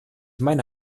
meine